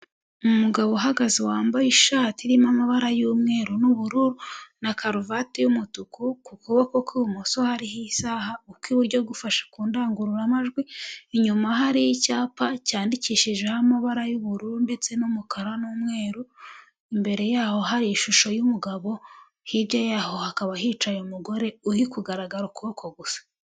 Umugabo uhagaze wambaye ishati irimo amabara y'umweru n'ubururu na karuvati y'umutuku, ku kuboko kw'ibumoso hariho isaaha ukw'iburyo gufashe ku ndangururamajwi, inyuma hari icyapa cyandikishijeho amabara y'ubururu ndetse n'umukara n'umweru, imbere yaho hari ishusho y'umugabo, hirya yaho hakaba hicaye umugore uri kugaragara ukuboko gusa.